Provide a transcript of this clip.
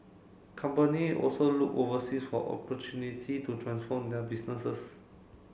company also looked overseas for opportunity to transform their businesses